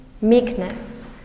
meekness